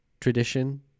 tradition